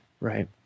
Right